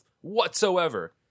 whatsoever